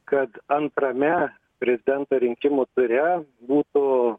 kad antrame prezidento rinkimų ture būtų